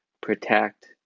protect